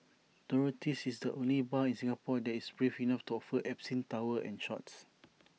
Dorothy's is the only bar in Singapore that is brave enough to offer absinthe towers and shots